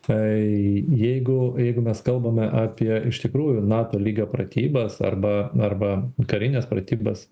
tai jeigu jeigu mes kalbame apie iš tikrųjų nato lygio pratybas arba arba karines pratybas